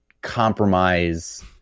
compromise